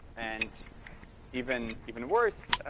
and even even worse,